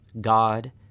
God